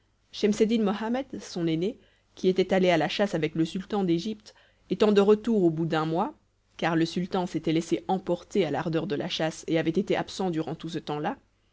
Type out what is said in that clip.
mohammed son aîné qui était allé à la chasse avec le sultan d'égypte étant de retour au bout d'un mois car le sultan s'était laissé emporter à l'ardeur de la chasse et avait été absent durant tout ce temps-là